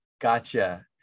Gotcha